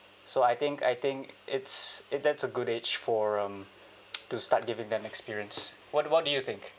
so I think I think it's it that's a good age for um to start giving them experience what about do you think